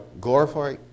glorify